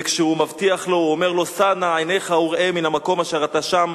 וכשהוא מבטיח לו הוא אומר לו: "שא נא עיניך וראה מן המקום אשר אתה שם